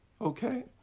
Okay